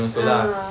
ah